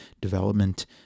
development